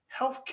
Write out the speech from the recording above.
healthcare